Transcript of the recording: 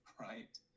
right